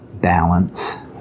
balance